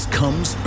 comes